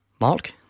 Mark